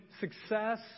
success